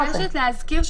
אני מבקשת להזכיר,